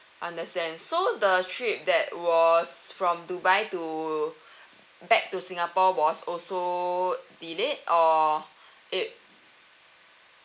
understand so the trip that was from dubai to back to singapore was also delayed or it